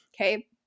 Okay